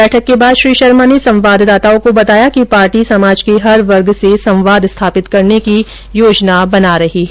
बैठक के बाद श्री शर्मा ने संवाददाताओं को बतायो कि पार्टी समाज के हर वर्ग से संवाद स्थापित की योजना बना रही है